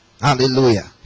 Hallelujah